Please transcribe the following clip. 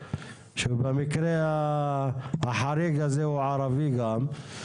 שבמקרה החריג הזה הוא ערבי גם.